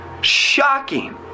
Shocking